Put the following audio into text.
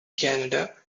canada